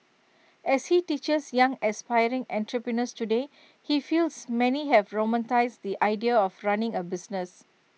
as he teaches young aspiring entrepreneurs today he feels many have romanticised the idea of running A business